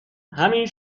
همین